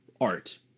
art